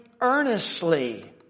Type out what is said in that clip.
earnestly